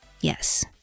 Yes